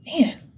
Man